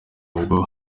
ubwo